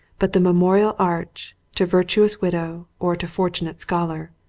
but the memorial arch, to virtuous widow or to fortunate scholar,